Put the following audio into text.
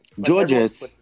Georges